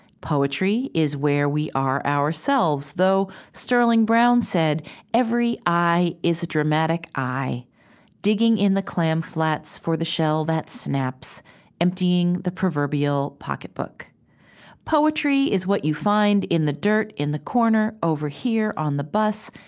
poetry is where we ourselves though sterling brown said every i is a dramatic i digging in the clam flats for the shell that snaps emptying the proverbial pocketbook poetry is what you find in the dirt in the corner overhear on the bus,